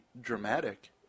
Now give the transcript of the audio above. dramatic